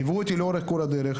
ליוו אותי לאורך כל הדרך,